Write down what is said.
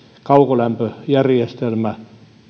kaukolämpöjärjestelmä